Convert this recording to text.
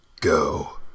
go